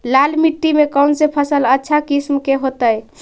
लाल मिट्टी में कौन से फसल अच्छा किस्म के होतै?